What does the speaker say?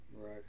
Right